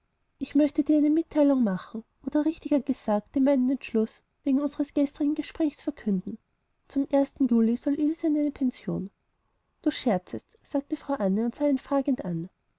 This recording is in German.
ich möchte dir eine mitteilung machen oder richtiger gesagt dir meinen entschluß wegen unsres gestrigen gespräches verkünden zum juli soll ilse in die pension du scherzest sagte anne und sah ihn fragend an